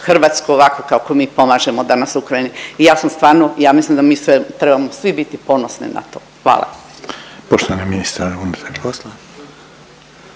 Hrvatsku ovako kako mi pomažemo danas Ukrajini. I ja sam stvarno i ja mislim da mi sve trebamo svi biti ponosni na to. Hvala.